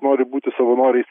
nori būti savanoriais